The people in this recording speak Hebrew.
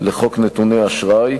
לחוק נתוני אשראי,